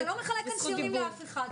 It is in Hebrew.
אתה לא מחלק כאן ציונים לאף אחד.